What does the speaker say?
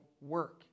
work